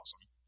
awesome